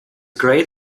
great